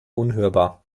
unhörbar